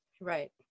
right